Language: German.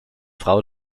frau